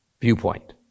viewpoint